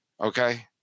Okay